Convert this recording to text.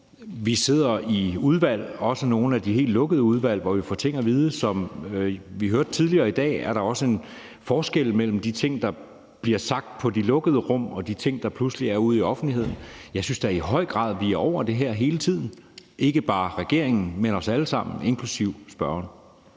Vi sidder i udvalg, også nogle af de helt lukkede udvalg, hvor vi får ting at vide. Som vi hørte tidligere i dag, er der en forskel mellem de ting, der bliver sagt i de lukkede rum, og de ting, der pludselig er ude i offentligheden. Jeg synes da i høj grad, at vi er over det her hele tiden, ikke bare regeringen, men os alle sammen, inklusive spørgeren.